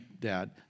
dad